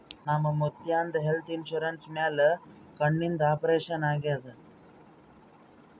ನಮ್ ಮುತ್ಯಾಂದ್ health insurance ಮ್ಯಾಲ ಕಣ್ಣಿಂದ್ ಆಪರೇಷನ್ ಆಗ್ಯಾದ್